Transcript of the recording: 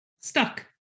stuck